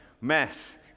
mess